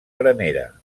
granera